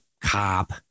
cop